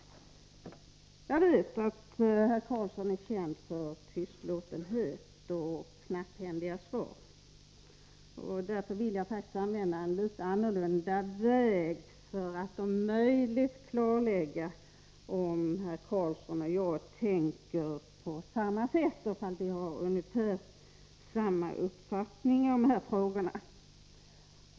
Jag vet att herr Carlsson är känd för tystlåtenhet och knapphändiga svar. Därför vill jag använda en litet annorlunda väg för att om möjligt klarlägga om herr Carlsson och jag tänker på samma sätt och har ungefär samma uppfattningar i de här frågorna.